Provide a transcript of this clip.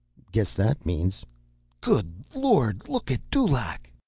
guess that means good lord! look at dulaq!